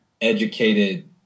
educated